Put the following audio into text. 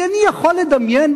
כי אני יכול לדמיין,